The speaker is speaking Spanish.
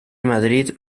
madrid